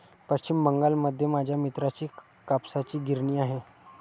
पश्चिम बंगालमध्ये माझ्या मित्राची कापसाची गिरणी आहे